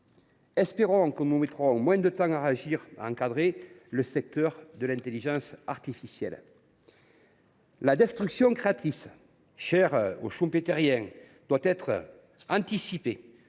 Espérons que nous mettrons moins de temps à réagir pour encadrer le secteur de l’intelligence artificielle. La « destruction créatrice » chère aux schumpétériens doit être anticipée,